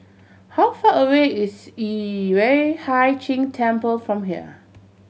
how far away is Yueh Hai Ching Temple from here